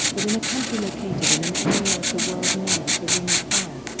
but in a country located in an area of the world known as the ring of fire,